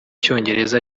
cyongereza